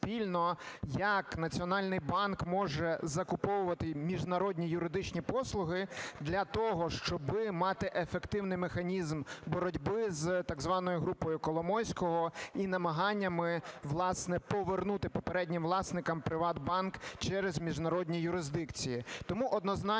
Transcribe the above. як Національний банк може закуповувати міжнародні юридичні послуги для того, щоби мати ефективний механізм боротьби з так званою "групою Коломойського" і намаганнями, власне, повернути попереднім власникам ПриватБанк через міжнародні юрисдикції. Тому однозначно